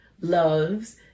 loves